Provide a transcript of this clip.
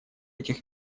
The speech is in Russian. этих